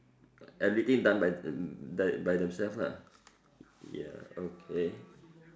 everything done by them by themselves lah ya okay